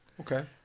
Okay